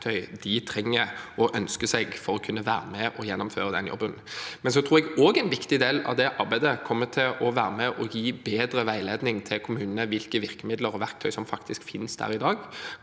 de trenger og ønsker seg for å kunne være med og gjennomføre den jobben. Samtidig tror jeg også en viktig del av det arbeidet kommer til å være å gi bedre veiledning til kommunene om hvilke virkemidler og verktøy som faktisk finnes der i dag,